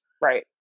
Right